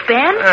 Ben